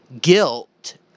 guilt